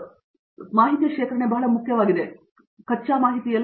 Satyanarayana N Gummadi ಆದ್ದರಿಂದ ಮಾಹಿತಿಯ ಶೇಖರಣೆ ಬಹಳ ಮುಖ್ಯವಾಗಿದೆ ಕಚ್ಚಾ ಮಾಹಿತಿಯ ಎಲ್ಲವೂ